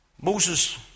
Moses